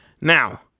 Now